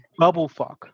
Bubblefuck